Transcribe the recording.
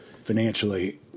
financially